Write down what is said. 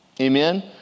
Amen